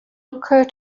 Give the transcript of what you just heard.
occur